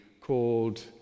called